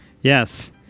Yes